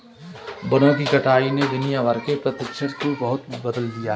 वनों की कटाई ने दुनिया भर के परिदृश्य को बहुत बदल दिया है